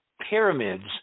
pyramids